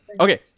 Okay